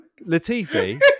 latifi